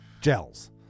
Gels